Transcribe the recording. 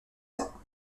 ans